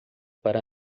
para